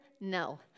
No